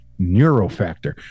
neurofactor